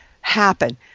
happen